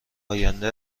آینده